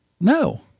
No